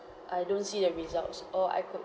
I don't see the results or I could